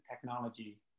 technology